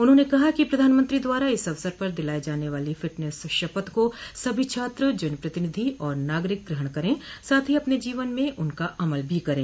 उन्होंने कहा कि प्रधानमंत्री द्वारा इस अवसर पर दिलाए जाने वाली फिटनेस शपथ को सभी छात्र जनप्रतिनिधि और नागरिक ग्रहण करें साथ ही अपने जीवन में उनका अमल भी करे